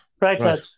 Right